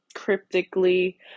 Cryptically